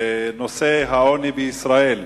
ישיבה בנושא העוני בישראל.